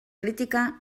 crítica